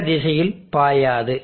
மற்ற திசையில் பாயாது